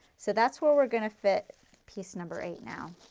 so that's where we are going to fit piece number eight now.